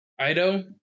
Ido